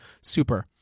super